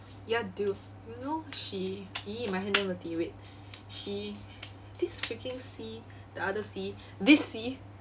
ya dude you know she !ee! my hand damn dirty wait she this freaking C the other C this C